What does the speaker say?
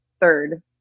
third